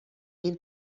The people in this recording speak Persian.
این